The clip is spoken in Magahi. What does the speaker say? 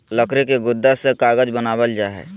लकड़ी के गुदा से कागज बनावल जा हय